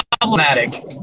problematic